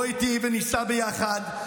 בוא איתי וניסע ביחד,